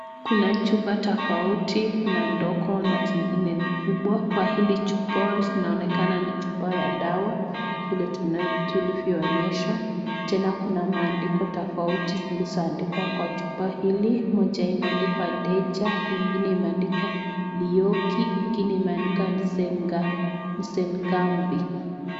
Kuna chupa tofauti kuna ndogo na zingine ni kubwa kwa hili chupa inaonekana kuna chupa ya dawa viletulivyo onyeshwa tena kuna maandiko tofauti zilizo aandikwa kwa chupa hili, moja imeandikwa danger ,ingine imeandikwa lioki, ingine imeandikwa nzengambi.